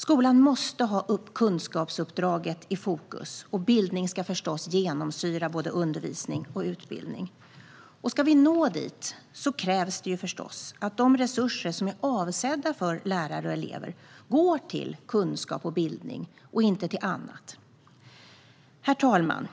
Skolan måste ha kunskapsuppdraget i fokus. Bildning ska genomsyra både undervisning och utbildning. Ska vi nå dit krävs det förstås att de resurser som är avsedda för lärare och elever går till kunskap och bildning och inte till annat. Herr talman!